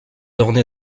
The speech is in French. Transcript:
orné